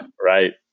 Right